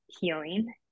healing